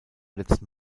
letzten